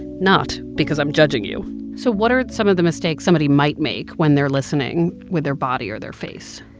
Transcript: not because i'm judging you so what are some of the mistakes somebody might make when they're listening, with their body or their face?